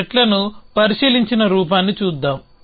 త్రెట్లను పరిశీలించిన రూపాన్ని చూద్దాం